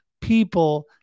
people